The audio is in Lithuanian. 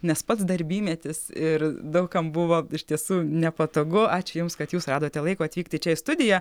nes pats darbymetis ir daug kam buvo iš tiesų nepatogu ačiū jums kad jūs radote laiko atvykti čia į studiją